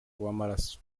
w’amaraso